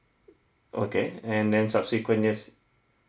okay and then subsequent years